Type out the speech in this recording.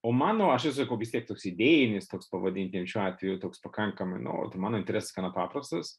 o mano aš esu sakau vis tiek toks idėjinis toks pavadinkim šiuo atveju toks pakankamai nu mano interesas gana paprastas